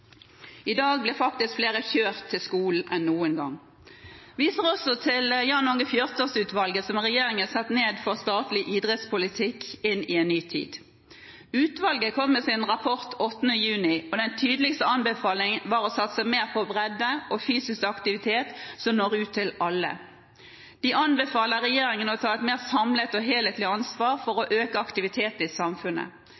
I dag blir faktisk flere kjørt til skolen enn noen gang. Jeg viser også til det Jan Åge Fjørtoft-ledede utvalget som regjeringen har satt ned om Statlig idrettspolitikk inn i en ny tid. Utvalget kom med sin rapport 8. juni, og den tydeligste anbefalingen var å satse mer på bredde og fysisk aktivitet som når ut til alle. De anbefaler regjeringen å ta et mer samlet og helhetlig ansvar for å